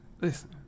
listen